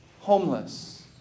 homeless